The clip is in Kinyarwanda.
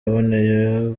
yaboneye